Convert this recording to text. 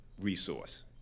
resource